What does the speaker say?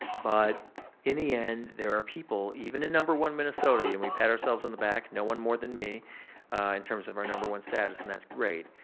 but in the end there are people even in number one minnesota, yeah and we pat ourselves on the back, no one more than me in terms of our number one status and that great,